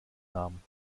namen